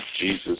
Jesus